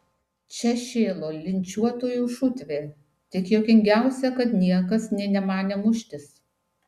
čia šėlo linčiuotojų šutvė tik juokingiausia kad niekas nė nemanė muštis